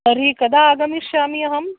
तर्हि कदा आगमिष्यामि अहम्